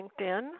LinkedIn